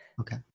Okay